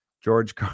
george